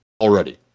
already